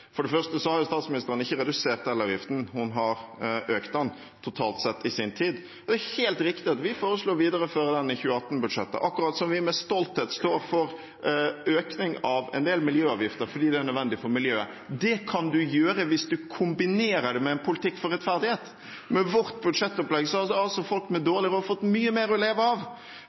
For det første har statsministeren ikke redusert elavgiften, hun har økt den totalt sett i sin tid. Det er helt riktig at vi foreslo å videreføre den i 2019-budsjettet, akkurat som vi med stolthet står for økning av en del miljøavgifter fordi det er nødvendig for miljøet. Det kan man gjøre hvis man kombinerer det med en politikk for rettferdighet. Med vårt budsjettopplegg hadde folk med dårlig råd fått mye mer å leve av.